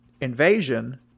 Invasion